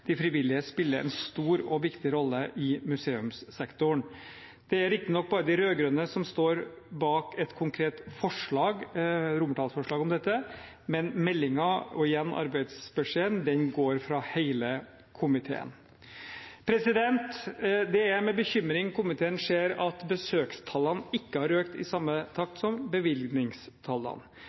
De frivillige spiller en stor og viktig rolle i museumssektoren. Det er riktignok bare de rød-grønne som står bak et konkret forslag om dette, men meldingen, og igjen arbeidsbeskjeden, går fra hele komiteen. Det er med bekymring komiteen ser at besøkstallene ikke har økt i samme takt som bevilgningstallene.